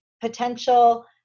potential